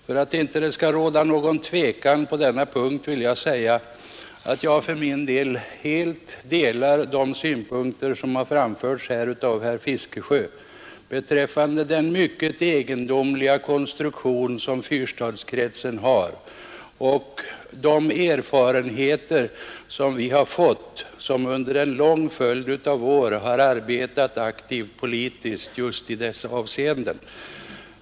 För att det inte skall råda någon tvekan på denna punkt vill jag säga att jag för min del helt ansluter mig till de synpunkter som har framförts av herr Fiskesjö beträffande den mycket egendomliga konstruktion som fyrstadskretsen har och de erfarenheter vi har fått som under en lång följd av år har arbetat aktivt politiskt inom denna valkrets.